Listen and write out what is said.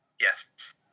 Yes